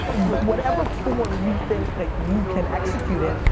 whatever form you think that you can execute in.